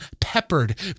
peppered